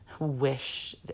wish